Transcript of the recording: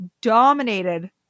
dominated